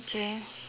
change